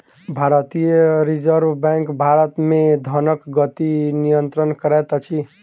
भारतीय Reserve Bank भारत मे धनक गति नियंत्रित करैत अछि